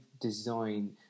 design